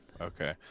okay